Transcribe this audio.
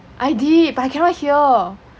I did but I cannot hear